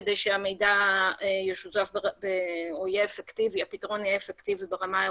כדי שהמידע ישודר והפתרון יהיה אפקטיבי ברמה אירופית.